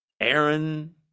Aaron